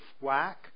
whack